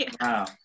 Wow